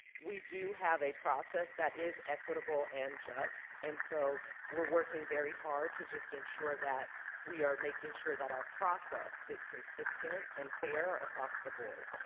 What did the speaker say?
we do have a process that is equitable and just. and so we're working very hard to just ensure that we are making sure that our process is consistent and fair across the board.